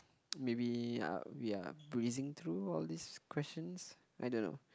maybe uh we are breezing through all these questions I don't know